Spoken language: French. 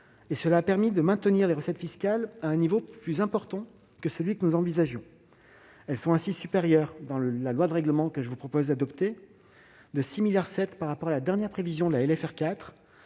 qui a permis de maintenir les recettes fiscales à un niveau plus important que celui que nous envisagions. Elles sont supérieures, dans la loi de règlement que je vous propose d'adopter, de 6,7 milliards d'euros par rapport à la dernière prévision de la LFR 4